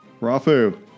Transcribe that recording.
Rafu